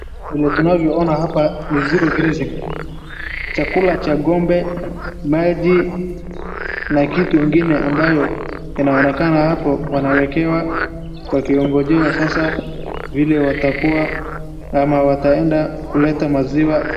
Vile tunavyoona hapa ni zero grazing chakula cha ng'ombe, maji na kitu ingine ambayo inaonekana hapo wanawekewa wakiongojea sasa vile watakuwa ama wataenda kuleta maziwa.